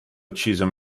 ucciso